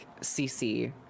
CC